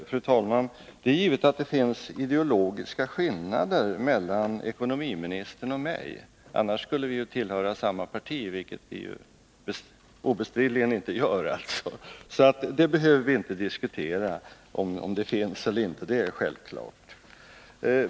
Fru talman! Det är givet att det finns ideologiska skillnader mellan ekonomiministern och mig, annars skulle vi ju tillhöra samma parti, vilket vi obestridligen inte gör. Vi behöver alltså inte diskutera om det finns skillnader eller inte.